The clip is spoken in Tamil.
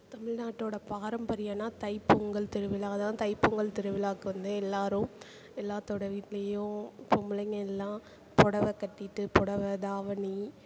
தமிழ்நாட்டோட பாரம்பரியனால் தைப்பொங்கல் திருவிழா தான் தைப்பொங்கல் திருவிழாக்கு வந்து எல்லாரும் எல்லாத்தோட வீட்டிலையும் பொம்பளைங்க எல்லாம் புடவ கட்டிட்டு புடவ தாவணி